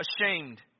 ashamed